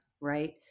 Right